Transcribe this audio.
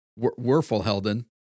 Werfelhelden